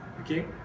Okay